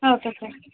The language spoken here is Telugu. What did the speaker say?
okay sir